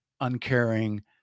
uncaring